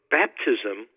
baptism